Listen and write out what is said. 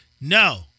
No